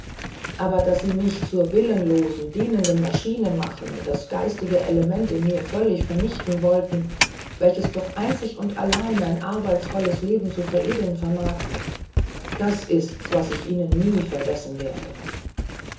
aber daß sie mich zur willenlosen dienenden maschine machen und das geistige element in mir völlig vernichten wollten welches doch einzig und allein ein arbeitsvolles leben zu veredeln vermag das ist's was ich ihnen nie vergessen werde